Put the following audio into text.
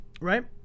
right